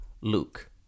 Luke